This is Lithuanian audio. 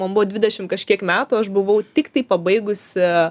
man buvo dvidešim kažkiek metų aš buvau tiktai pabaigusi